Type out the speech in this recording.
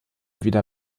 wieder